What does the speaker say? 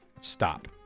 Stop